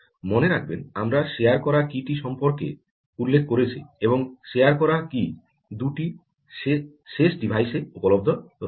মনে রাখবেন আমরা শেয়ার করা কী টি সম্পর্কে উল্লেখ করেছি এবং শেয়ার করা কী দুটি শেষ ডিভাইসে উপলব্ধ রয়েছে